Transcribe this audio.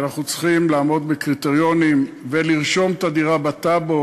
כי אנחנו צריכים לעמוד בקריטריונים ולרשום את הדירה בטאבו.